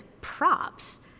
props